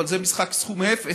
אבל זה משחק סכום אפס,